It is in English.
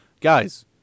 guys